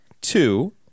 two